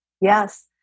Yes